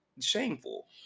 shameful